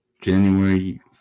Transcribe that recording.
January